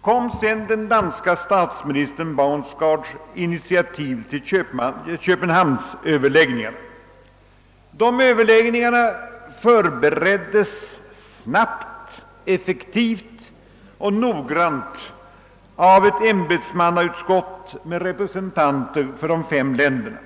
kom sedan den danske statsministern Baunsgaards initiativ till överläggningarna i Köpenhamn. Dessa överläggningar förbereddes snabbt, effektivt och noggrant av ett ämbetsmannautskott med representanter för de fem länderna.